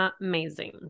Amazing